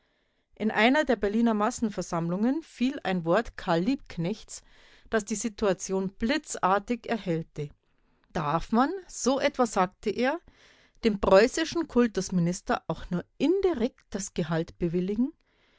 in einer der berliner massenversammlungen fiel ein wort karl liebknechts das die situation blitzartig erhellte darf man so etwa sagte er dem preußischen kultusminister auch nur indirekt das gehalt bewilligen